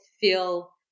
feel